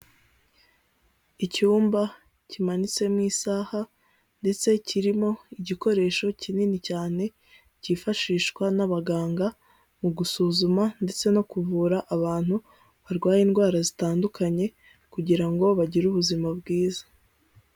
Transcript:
Icyumba kimanitsemo isaha ndetse kirimo igikoresho kinini cyane cyifashishwa n'abaganga mu gusuzuma ndetse no kuvura abantu barwaye indwara zitandukanye kugira ngo bagire ubuzima bwiza.